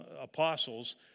apostles